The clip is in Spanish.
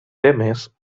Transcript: temes